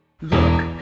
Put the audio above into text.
Look